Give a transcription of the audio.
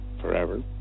forever